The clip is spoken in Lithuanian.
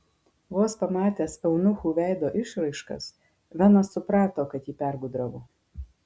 vos pamatęs eunuchų veido išraiškas venas suprato kad jį pergudravo